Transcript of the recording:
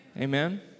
Amen